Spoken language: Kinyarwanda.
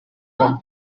abamo